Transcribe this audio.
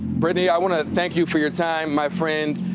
brittany, i wanna thank you for your time, my friend.